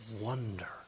wonder